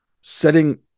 setting